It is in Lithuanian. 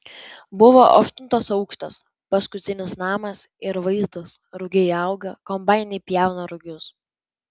buvo aštuntas aukštas paskutinis namas ir vaizdas rugiai auga kombainai pjauna rugius